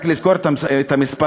רק לזכור את המספרים: